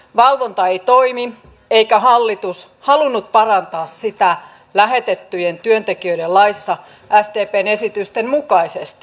valvonta ei toimi eikä hallitus halunnut parantaa sitä lähetettyjen työntekijöiden laissa sdpn esitysten mukaisesti